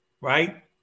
right